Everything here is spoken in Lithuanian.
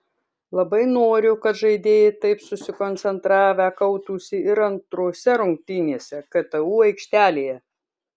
labai noriu kad žaidėjai taip susikoncentravę kautųsi ir antrose rungtynėse ktu aikštelėje